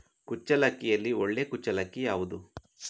ಕುಚ್ಚಲಕ್ಕಿಯಲ್ಲಿ ಒಳ್ಳೆ ಕುಚ್ಚಲಕ್ಕಿ ಯಾವುದು?